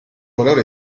valore